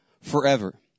forever